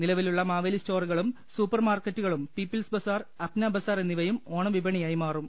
നിലവിലുള്ള മാവേലി സ്റ്റോറുകളും സൂപ്പർമാർക്കറ്റുകളും പീപ്പിൾസ് ബസാർ അപ്നാ ബസാർ എന്നിവയും ഓണ വിപണിയായി മാറും